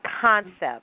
concept